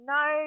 no